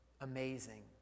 amazing